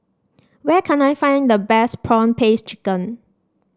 where can I find the best prawn paste chicken